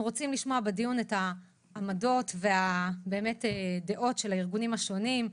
אנחנו רוצים לשמוע בדיון את העמדות והדעות של הארגונים השונים: